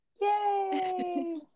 Yay